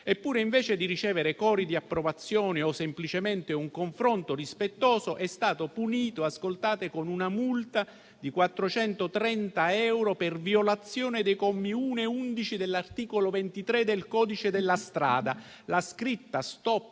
Eppure, invece di ricevere cori di approvazione o semplicemente un confronto rispettoso, è stato punito con una multa di 430 euro per violazione dei commi 1 e 11 dell'articolo 23 del codice della strada. La scritta "Stop